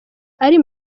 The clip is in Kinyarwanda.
ari